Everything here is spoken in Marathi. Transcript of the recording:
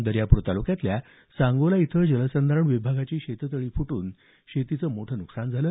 दर्यापूर तालुक्यातल्या सांगोला इथं जलसंधारण विभागाची शेततळी फुटून शेतीचं मोठं नुकसान झालं